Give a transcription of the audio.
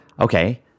Okay